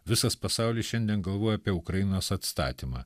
visas pasaulis šiandien galvoja apie ukrainos atstatymą